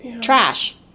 Trash